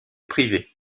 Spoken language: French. privée